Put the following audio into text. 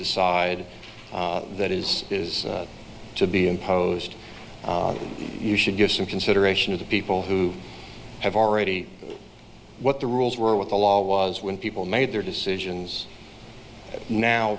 decide that is to be imposed you should give some consideration of the people who have already what the rules were what the law was when people made their decisions now